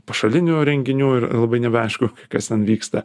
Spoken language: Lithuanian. pašalinių renginių ir labai nebeaišku kas ten vyksta